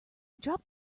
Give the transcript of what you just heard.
drop